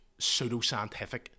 pseudoscientific